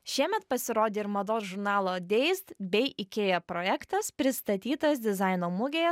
šiemet pasirodė ir mados žurnalo deis bei ikea projektas pristatytas dizaino mugėje